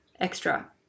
extra